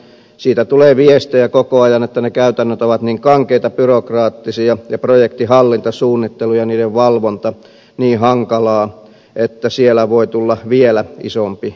siitä tulee viestejä koko ajan että ne käytännöt ovat niin kankeita byrokraattisia ja projektin hallinta suunnittelu ja niiden valvonta niin hankalaa että siellä voi tulla vielä isompi gäppi